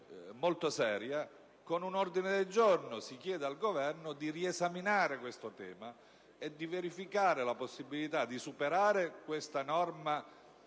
molto seria, con un ordine del giorno si chiede al Governo di riesaminare questo tema e di verificare la possibilità di superare questa norma